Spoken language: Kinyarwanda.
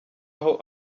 aho